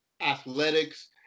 athletics